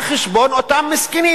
על חשבון אותם מסכנים.